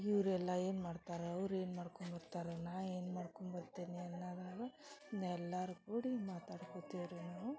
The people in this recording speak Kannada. ಇವರೆಲ್ಲ ಏನು ಮಾಡ್ತರೆ ಅವ್ರು ಏನು ಮಾಡ್ಕೊಂಡು ಬರ್ತರ ನಾ ಏನು ಮಾಡ್ಕೊಂಡು ಬರ್ತೀನಿ ಅನ್ನೋವಾಗ ಎಲ್ಲಾರು ಕೂಡಿ ಮಾತಾಡ್ಕೊಂತೀವಿ ರೀ ನಾವು